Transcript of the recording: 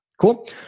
Cool